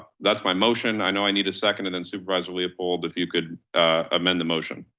that's my motion. i know i need a second. and then supervisor leopold, if you could amend the motion,